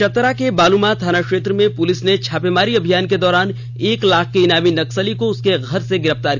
चतरा के बालमाथ थाना क्षेत्र में पुलिस ने छापेमारी अभियान के दौरान एक लाख के ईनामी नक्सली को उसके घर से किया गिरफ्तार